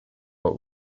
but